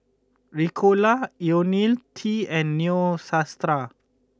Ricola Ionil T and Neostrata